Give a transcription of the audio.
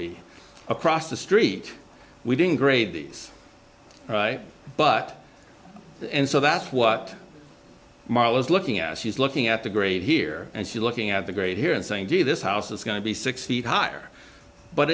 be across the street we didn't grade these right but so that's what model is looking at she's looking at the grave here and she looking at the grave here and saying gee this house is going to be six feet high but